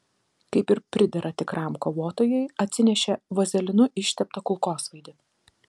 kaip ir pridera tikram kovotojui atsinešė vazelinu išteptą kulkosvaidį